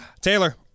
Taylor